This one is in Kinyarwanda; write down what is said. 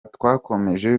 twakomeje